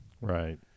Right